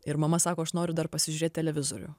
ir mama sako aš noriu dar pasižiūrėt televizorių